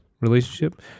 relationship